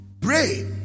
Pray